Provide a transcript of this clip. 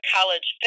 College